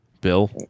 Bill